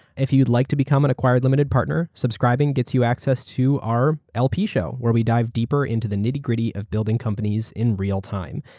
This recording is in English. if you'd like to become an acquired limited partner, subscribing gets you access to our lp show, where we dive deeper into the nitty-gritty of building companies in real-time.